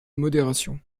modération